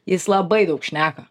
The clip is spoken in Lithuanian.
jis labai daug šneka